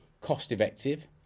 cost-effective